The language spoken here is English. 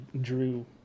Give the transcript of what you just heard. Drew